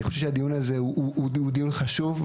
אני חושב שהדיון הזה הוא דיון חשוב,